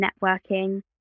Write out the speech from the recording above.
networking